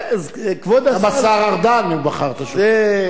גם השר ארדן, הוא בחר, אני אתו.